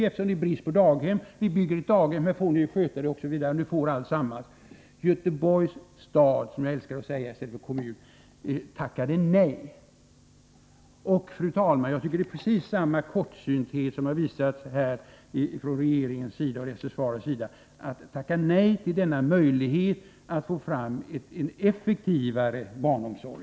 Eftersom det är brist på daghem bygger vi ett, och ni får sköta det, sade Volvo. Göteborgs stad — som jag älskar att kalla det i stället för ”kommun” — tackade nej! Fru talman! Jag tycker att precis samma kortsynthet har visats i det här fallet från regeringens och dess försvarares sida. Man tackar nej till denna möjlighet att få fram en effektivare barnomsorg.